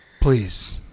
please